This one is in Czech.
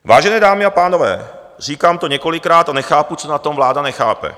Vážené dámy a pánové, říkám to několikrát a nechápu, co na tom vláda nechápe.